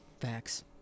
Facts